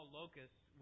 locusts